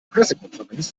pressekonferenz